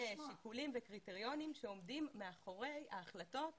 יש להם מגוון שיקולים וקריטריונים שעומדים מאחורי ההחלטות